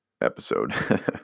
episode